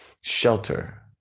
shelter